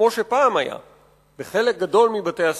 כמו שפעם היה בחלק גדול מבתי-הספר,